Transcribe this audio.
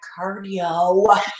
cardio